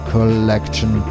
Collection